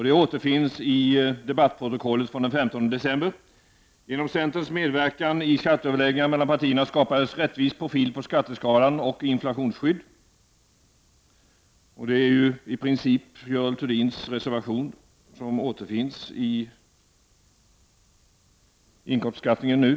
Det återfinns i debattprotokollet från den 15 december: ”Genom centerns medverkan i skatteöverläggningarna mellan partierna skapades rättvis profil på skatteskalan och inflationsskydd.” Det är ju i princip Görel Thurdins reservation som återfinns i inkomstbeskattningen nu.